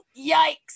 yikes